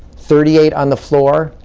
thirty eight on the floor,